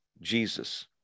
Jesus